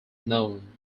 known